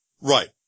Right